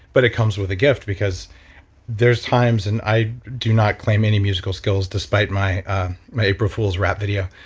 but it comes with a gift because there's times and i do not claim any musical skills despite my my april fool's rap video.